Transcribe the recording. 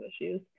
issues